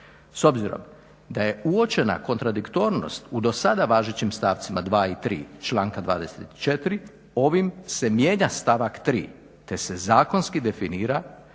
S obzirom da je uočena kontradiktornost u do sada važećim stavcima dva i tri članka 24. ovim se mijenja stavak 3. te se zakonski definira